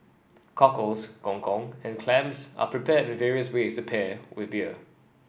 cockles gong gong and clams are prepared in various ways to pair with beer